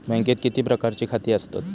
बँकेत किती प्रकारची खाती असतत?